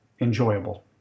enjoyable